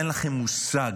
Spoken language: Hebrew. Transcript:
אין לכם מושג